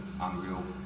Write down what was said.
unreal